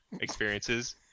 experiences